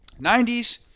90s